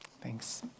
Thanks